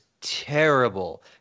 terrible